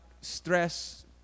stress